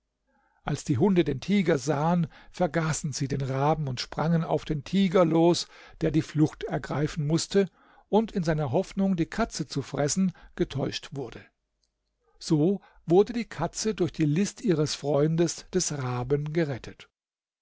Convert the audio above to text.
als die hunde den tiger sahen vergaßen sie den raben und sprangen auf den tiger los der die flucht ergreifen mußte und in seiner hoffnung die katze zu fressen getäuscht wurde so wurde die katze durch die list ihres freundes des raben gerettet